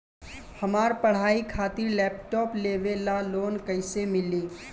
हमार पढ़ाई खातिर लैपटाप लेवे ला लोन कैसे मिली?